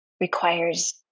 requires